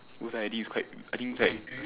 oh I think is quite I think it's like